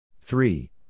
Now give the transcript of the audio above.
Three